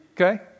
Okay